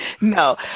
No